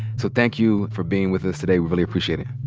so thank you for being with us today. we really appreciate it.